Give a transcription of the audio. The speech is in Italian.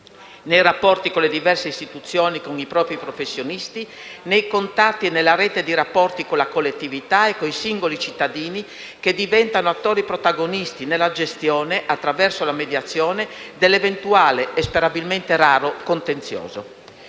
nei rapporti con le diverse istituzioni e con i propri professionisti, nei contatti e nella rete di rapporti con la collettività e con i singoli cittadini, che diventano attori protagonisti nella gestione, attraverso la mediazione, dell'eventuale e sperabilmente raro contenzioso.